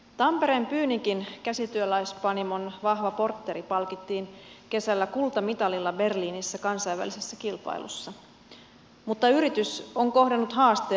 tampereen pyynikin käsityöläispanimon vahvaportteri palkittiin kesällä kultamitalilla berliinissä kansainvälisessä kilpailussa mutta yritys on kohdannut haasteen